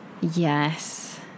Yes